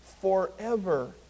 forever